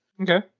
Okay